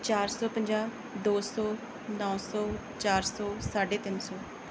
ਚਾਰ ਸੌ ਪੰਜਾਹ ਦੋ ਸੌ ਨੌਂ ਸੌ ਚਾਰ ਸੌ ਸਾਢੇ ਤਿੰਨ ਸੌ